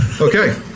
Okay